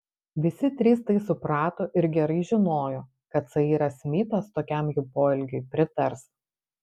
visi trys tai suprato ir gerai žinojo kad sairas smitas tokiam jų poelgiui pritars